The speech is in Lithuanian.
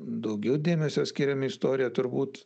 daugiau dėmesio skiriame istorijai turbūt